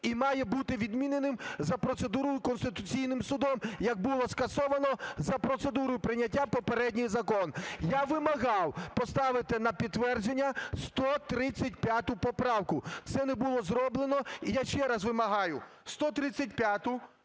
і має бути відміненим за процедурою Конституційним Судом, як було скасовано за процедурою прийняття попереднього закону. Я вимагав поставити на підтвердження 135 поправку. Це не було зроблено. І я ще раз вимагаю 135-у,